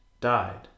died